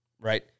right